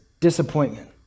disappointment